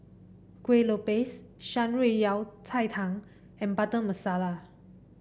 Kuih Lopes Shan Rui Yao Cai Tang and Butter Masala